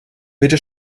bitte